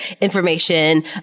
Information